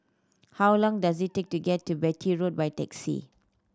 how long does it take to get to Beatty Road by taxi